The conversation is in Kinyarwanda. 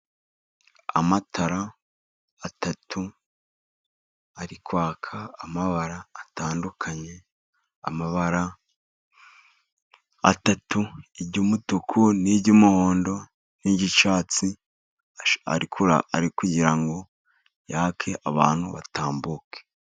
Amatara atatu ari kwaka amabara atandukanye, amabara atatu iry'umutuku, n'iry'umuhondo n'iry'icyatsi ari kugira ngo yake abantu batambuke.